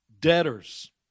debtors